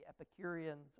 Epicureans